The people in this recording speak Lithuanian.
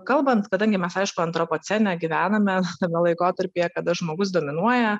kalbant kadangi mes aišku antropocene gyvename tame laikotarpyje kada žmogus dominuoja